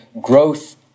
growth